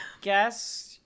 guess